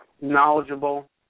knowledgeable